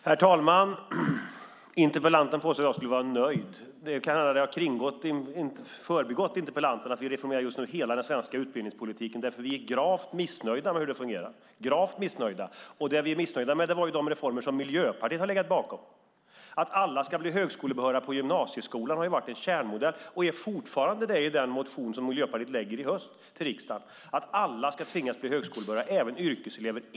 Herr talman! Interpellanten påstår att jag skulle vara nöjd. Det kan hända att det har förbigått interpellanten att vi just nu reformerar hela den svenska utbildningspolitiken för att vi är gravt missnöjda med hur det fungerar. Det vi är missnöjda med är de reformer som Miljöpartiet har legat bakom. Att alla ska bli högskolebehöriga på gymnasieskolan har ju varit en kärnmodell, och är det fortfarande i den motion som Miljöpartiet har väckt i höst. Alla ska tvingas bli högskolebehöriga, även yrkeselever.